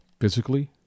physically